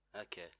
okay